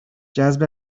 جذب